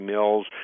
Mills